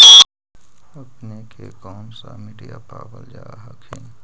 अपने के कौन सा मिट्टीया पाबल जा हखिन?